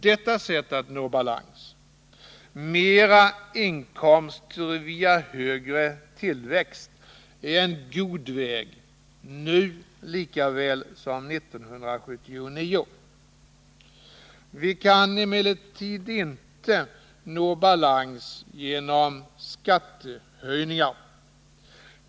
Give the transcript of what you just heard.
Detta sätt att nå balans — mera inkomster via högre tillväxt — är en god väg, nu lika väl som 1979. Vi kan emellertid inte nå balans genom skattehöjningar.